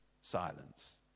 silence